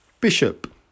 Bishop